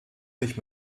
sich